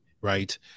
right